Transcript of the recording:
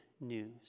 news